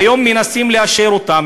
והיום מנסים לאשר אותן,